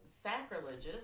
sacrilegious